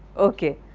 ok,